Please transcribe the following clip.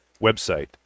website